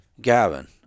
Gavin